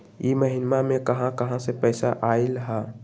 इह महिनमा मे कहा कहा से पैसा आईल ह?